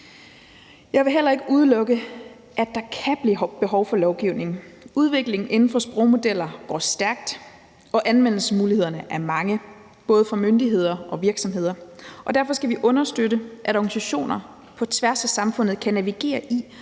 Jeg vil heller ikke udelukke, at der kan blive behov for lovgivning. Udviklingen inden for sprogmodeller går stærkt, og anvendelsesmulighederne er mange både for myndigheder og virksomheder, og derfor skal vi understøtte, at organisationer på tværs af samfundet kan navigere i,